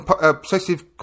obsessive